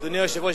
אדוני היושב-ראש,